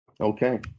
Okay